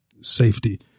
safety